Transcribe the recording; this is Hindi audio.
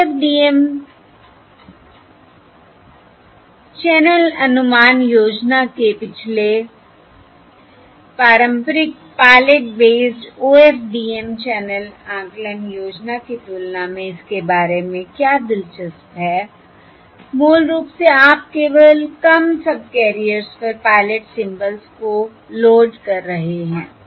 OFDM चैनल अनुमान योजना के पिछले पारंपरिक पायलट बेस्ड OFDM चैनल आकलन योजना की तुलना में इसके बारे में क्या दिलचस्प है मूल रूप से आप केवल कम सबकैरियर्स पर पायलट सिंबल्स को लोड कर रहे हैं